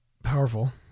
powerful